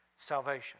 salvation